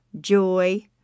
joy